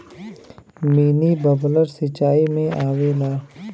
mini bubbler सिचाई में आवेला